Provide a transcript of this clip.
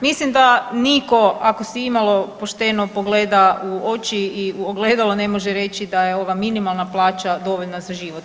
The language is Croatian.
Mislim da nitko ako se imalo pošteno pogleda u oči i u ogledalo ne može reći da je ova minimalna plaća dovoljna za život.